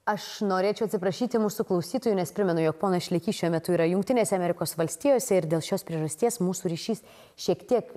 aš norėčiau atsiprašyti mūsų klausytojų nes primenu jog ponas šlekys šiuo metu yra jungtinėse amerikos valstijose ir dėl šios priežasties mūsų ryšys šiek tiek